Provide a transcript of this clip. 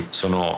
sono